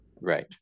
Right